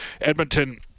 edmonton